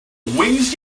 wings